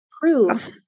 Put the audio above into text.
prove